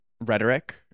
rhetoric